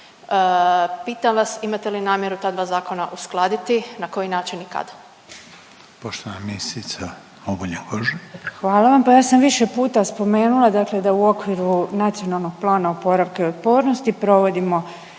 Pitam vas, imate li namjeru ta dva zakona uskladiti, na koji način i kad?